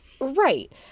right